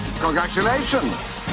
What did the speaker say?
Congratulations